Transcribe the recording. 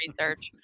research